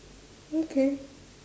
okay